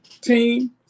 team